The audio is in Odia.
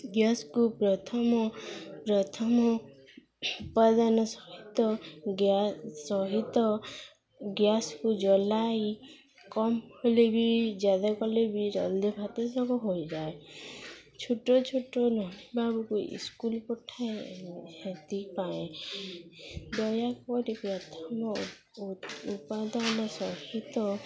ଗ୍ୟାସକୁ ପ୍ରଥମ ପ୍ରଥମ ଉପାଦାନ ସହିତ ଗ୍ୟା ସହିତ ଗ୍ୟାସକୁ ଜଲାଇ କମ୍ କଲେ ବି ଜ୍ୟାଦା କଲେ ବି ଜଲ୍ଦି ଭାତ ସବୁ ହୋଇଯାଏ ଛୋଟ ଛୋଟ ନନୀବାବୁକୁ ଇସ୍କୁଲ ପଠାଏ ସେଥିପାଇଁ ଦୟାକରି ପ୍ରଥମ ଉ ଉପାଦାନ ସହିତ